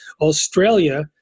Australia